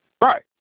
Right